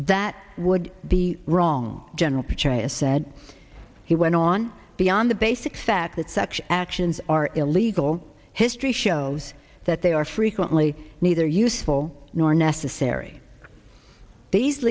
that would be wrong general petraeus said he went on beyond the basic fact that such actions are illegal history shows that they are frequently neither useful nor necessary these